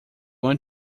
want